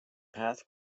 path